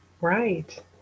Right